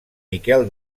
miquel